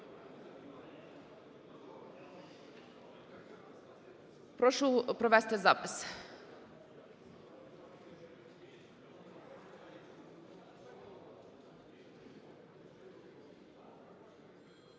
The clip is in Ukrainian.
Прошу провести запис.